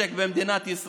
הנשק במדינת ישראל,